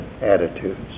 attitudes